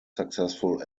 successful